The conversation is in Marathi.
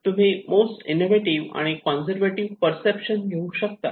तुम्ही मोस्ट इनोव्हेटिव्ह आणि काँझर्व्हेटिव्ह पर्सेप्शन घेऊ शकतात